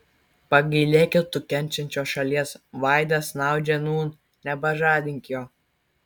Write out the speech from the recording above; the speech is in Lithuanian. pagailėki tu kenčiančios šalies vaidas snaudžia nūn nebežadink jo